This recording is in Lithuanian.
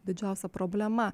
didžiausia problema